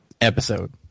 episode